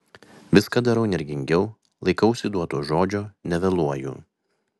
viską darau energingiau laikausi duoto žodžio nevėluoju